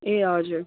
ए हजुर